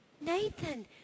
Nathan